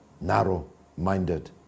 narrow-minded